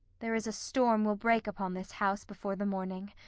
there is a storm will break upon this house before the morning,